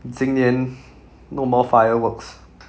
今年 no more fireworks